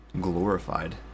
glorified